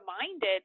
reminded